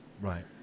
right